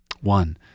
One